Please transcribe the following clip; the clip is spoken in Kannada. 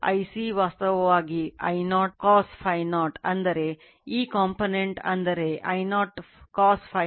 Iron loss